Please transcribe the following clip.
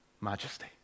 majesty